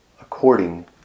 according